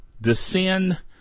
descend